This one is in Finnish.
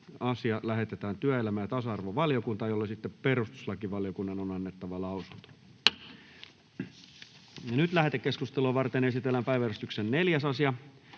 lähetetään työelämä- ja tasa-arvovaliokuntaan, jolle perustuslakivaliokunnan on annettava lausunto. Lähetekeskusteluun varataan enintään 30 minuuttia. Asian